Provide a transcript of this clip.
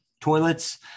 toilets